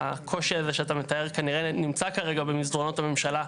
שהקושי הזה שאתה מתאר נמצא כרגע במסדרונות הממשלה,